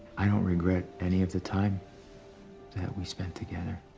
i don't regret any of the time that we spent together.